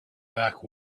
back